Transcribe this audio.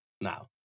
Now